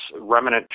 remnant